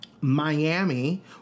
Miami